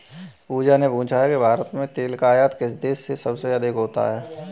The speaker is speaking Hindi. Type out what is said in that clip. पूजा ने पूछा कि भारत में तेल का आयात किस देश से सबसे अधिक होता है?